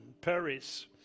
Paris